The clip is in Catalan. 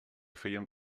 feien